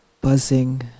buzzing